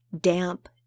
damp